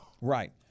Right